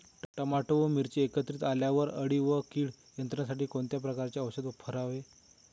Tomato व मिरची एकत्रित लावल्यावर अळी व कीड नियंत्रणासाठी कोणत्या प्रकारचे औषध फवारावे?